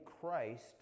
Christ